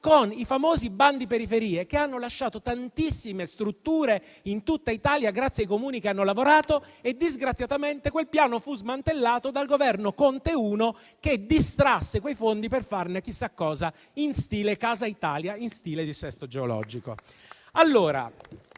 con i famosi bandi periferie che hanno lasciato tantissime strutture in tutta Italia grazie ai Comuni che vi hanno lavorato. Disgraziatamente quel piano fu smantellato dal Governo Conte I che distrasse quei fondi per farne chissà cosa in stile Casa Italia per la messa in